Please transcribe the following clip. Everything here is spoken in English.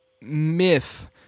myth